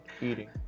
Eating